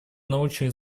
научных